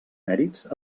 mèrits